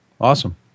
Awesome